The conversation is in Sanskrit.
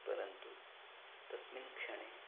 परन्तु तस्मिन् क्षणे